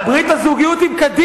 מה עם ברית הזוגיות עם קדימה?